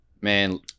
man